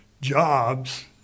jobs